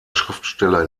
schriftsteller